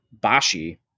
Bashi